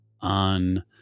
on